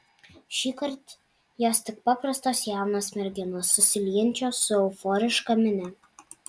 šįkart jos tik paprastos jaunos merginos susiliejančios su euforiška minia